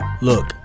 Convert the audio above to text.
Look